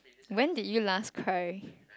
when did you last cry